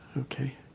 Okay